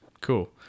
cool